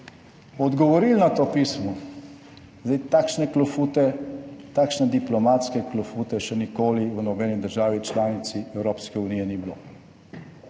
odgovorili na to pismo. Zdaj takšne klofute, takšne diplomatske klofute še nikoli v nobeni državi članici Evropske unije ni bilo.